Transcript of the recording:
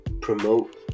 promote